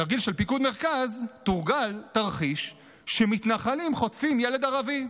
בתרגיל של פיקוד מרכז תורגל תרחיש שמתנחלים חוטפים ילד ערבי.